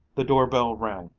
the doorbell rang,